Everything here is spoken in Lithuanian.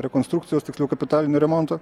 rekonstrukcijos tiksliau kapitalinio remonto